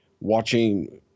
watching